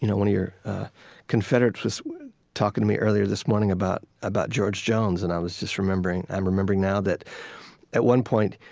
you know one of your confederates was talking to me earlier this morning about about george jones. and i was just remembering i'm remembering now that at one point,